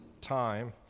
time